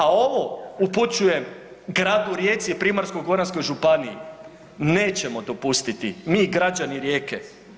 A ovo upućujem Gradu Rijeci i Primorsko-goranskoj županiji, nećemo dopustiti mi građani Rijeke.